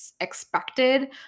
Expected